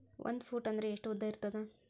ಒಂದು ಫೂಟ್ ಅಂದ್ರೆ ಎಷ್ಟು ಉದ್ದ ಇರುತ್ತದ?